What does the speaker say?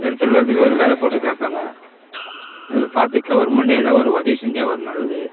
எடுத்துகிட்டு போகிறதுக்கு ஒரு விலை போட்டு கேட்பாங்க இதில் பார்த்து கவுர்மெண்டு எதாது ஒரு உதவி செஞ்சால் ஒரு நல்லது